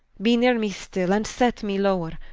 be neere me still, and set me lower,